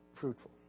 fruitful